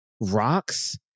rocks